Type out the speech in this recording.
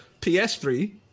PS3